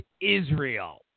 Israel